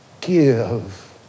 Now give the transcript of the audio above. give